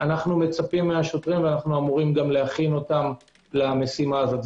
אנו מצפים מהשוטרים ואמורים גם להכין אותם למשימה הזאת.